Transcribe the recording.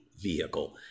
vehicle